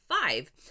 five